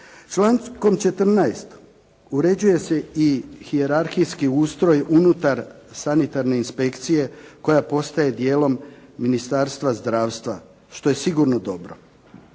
Člankom 14. uređuje se i hijerarhijski ustroj unutar sanitarne inspekcije koja postaje dijelom Ministarstva zdravstva što je sigurno dobro.